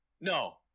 no